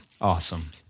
awesome